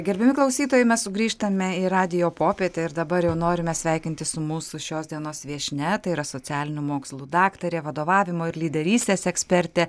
gerbiami klausytojai mes sugrįžtame į radijo popietę ir dabar jau norime sveikintis su mūsų šios dienos viešnia tai yra socialinių mokslų daktarė vadovavimo ir lyderystės ekspertė